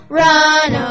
run